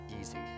easy